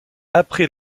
après